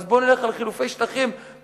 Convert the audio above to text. אז בואו נלך על חילופי שטחים מאוכלסים,